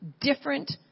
different